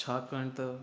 छाकाणि त